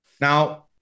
Now